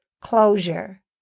closure